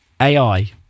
AI